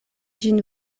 ĝin